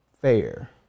fair